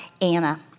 Anna